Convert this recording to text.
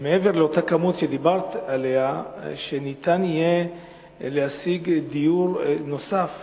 שמעבר לאותה כמות שדיברת עליה ניתן יהיה להשיג דיור נוסף